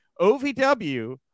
OVW